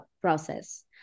process